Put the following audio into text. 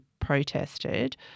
protested